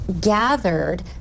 gathered